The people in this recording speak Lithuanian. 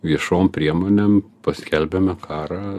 viešom priemonėm paskelbėme karą